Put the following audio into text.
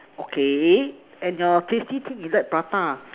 okay and your tasty thing inside prata